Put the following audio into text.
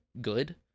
good